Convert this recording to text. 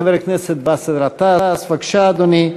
חבר הכנסת באסל גטאס, בבקשה, אדוני.